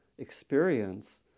experience